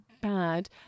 bad